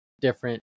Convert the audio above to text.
different